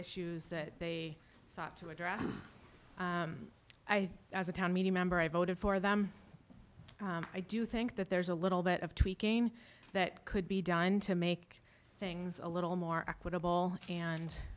issues that they sought to address i as a town meeting member i voted for them i do think that there's a little bit of tweaking that could be done to make things a little more equitable and